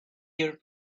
your